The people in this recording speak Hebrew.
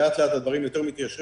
אבל לאט-לאט הדברים יותר מתיישרים